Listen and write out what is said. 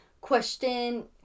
question